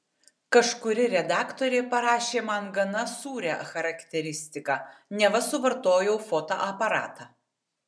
kažkuri redaktorė parašė man gana sūrią charakteristiką neva suvartojau fotoaparatą